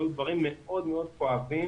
והיו דברים מאוד מאוד כואבים